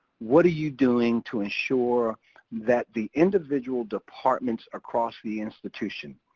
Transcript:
what are you doing to ensure that the individual departments across the institution,